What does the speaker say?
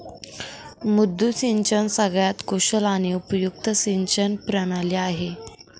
मुद्दू सिंचन सगळ्यात कुशल आणि उपयुक्त सिंचन प्रणाली आहे